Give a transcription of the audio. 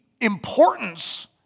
importance